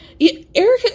Erica